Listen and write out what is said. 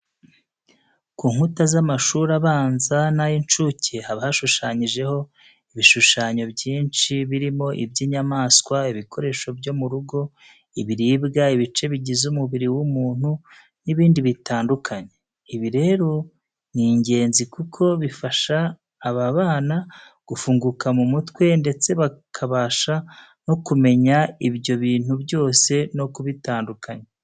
Ku nkuta z'amashuri abanza n'ay'incuke haba hashushanyijeho ibishushanyo byinshi birimo iby'inyamaswa, ibikoresho byo mu rugo, ibiribwa, ibice bigize umubiri w'umuntu n'ibindi bitandukanye. Ibi rero ni ingenzi kuko bifasha aba bana gufunguka mu mutwe ndetse bakabasha no kumenya ibyo bintu byose no kubitandukanya.